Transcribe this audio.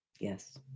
Yes